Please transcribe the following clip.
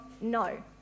no